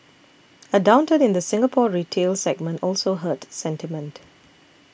a downturn in the Singapore retail segment also hurt sentiment